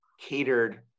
catered